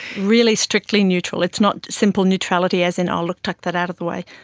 really strictly neutral. it's not simple neutrality as in oh look, tuck that out of the way'.